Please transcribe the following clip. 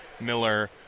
Miller